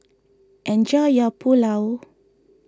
enjoy your Pulao